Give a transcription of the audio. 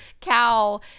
cow